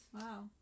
Wow